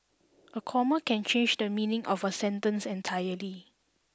a comma can change the meaning of a sentence entirely